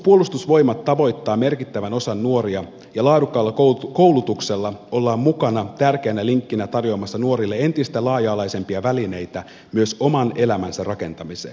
puolustusvoimat tavoittaa merkittävän osan nuoria ja laadukkaalla koulutuksella ollaan mukana tärkeänä linkkinä tarjoamassa nuorille entistä laaja alaisempia välineitä myös oman elämänsä rakentamiseen